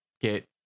get